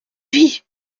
vie